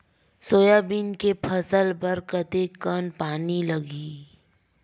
Soybean के फसल बर कतेक कन पानी लगही?